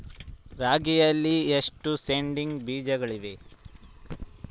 ರಾಗಿಯಲ್ಲಿ ಎಷ್ಟು ಸೇಡಿಂಗ್ ಬೇಜಗಳಿವೆ?